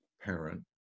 parent